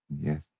Yes